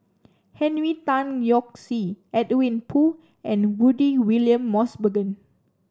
Henry Tan Yoke See Edwin Koo and Rudy William Mosbergen